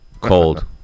Cold